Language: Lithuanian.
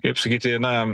kaip sakyti na